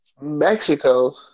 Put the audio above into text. Mexico